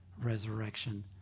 resurrection